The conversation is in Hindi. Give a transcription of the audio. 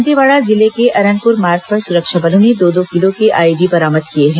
दंतेवाड़ा जिले के अरनपुर मार्ग पर सुरक्षा बलों ने दो दो किलो के आईईडी बरामद किए हैं